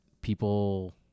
people